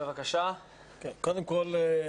קודם כל,